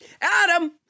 Adam